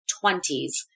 twenties